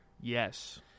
Yes